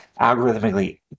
algorithmically